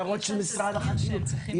הערות של משרד החקלאות,